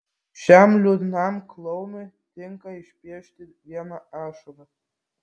šiam liūdnam klounui tinka išpiešti vieną ašarą